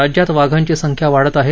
राज्यात वाघांची संख्या वाढत आहे